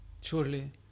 Surely